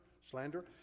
slander